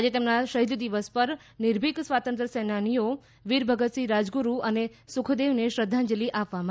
આજે તેમના શહીદ દિવસ પર નિર્ભીક સ્વાતંત્ર્ય સેનાનીઓ વીર ભગતસિંહ રાજગુરુ અને સુખદેવને શ્રદ્ધાંજલિ આપી